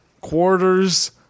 quarters